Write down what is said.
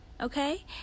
okay